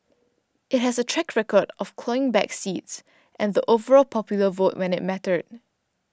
it has a track record of clawing back seats and the overall popular vote when it mattered